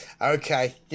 Okay